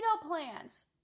plants